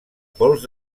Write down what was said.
pols